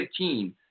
2015